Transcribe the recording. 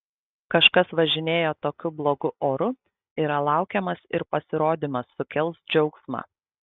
kažkas važinėja tokiu blogu oru yra laukiamas ir pasirodymas sukels džiaugsmą